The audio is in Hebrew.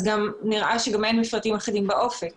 אז נראה שאין מפרטים אחרים באופק.